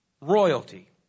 royalty